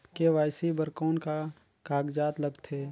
KYC बर कौन का कागजात लगथे?